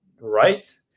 Right